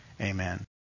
Amen